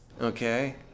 okay